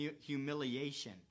humiliation